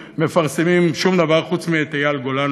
מפרסמים שום דבר חוץ מאת אייל גולן